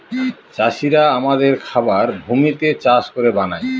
চাষিরা আমাদের খাবার ভূমিতে চাষ করে বানায়